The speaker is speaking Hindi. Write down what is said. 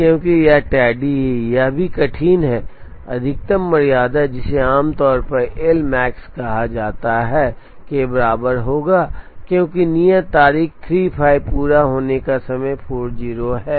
क्योंकि यह टैडी है यह यह भी कठिन है अधिकतम मर्यादा जिसे आमतौर पर एल मैक्स कहा जाता है 5 के बराबर होगा क्योंकि नियत तारीख 35 पूरा होने का समय 40 है